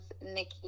Nikki